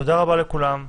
תודה רבה לכולם,